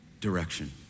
direction